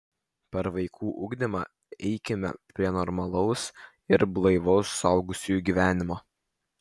per vaikų ugdymą eikime prie normalaus ir blaivaus suaugusiųjų gyvenimo